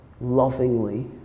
lovingly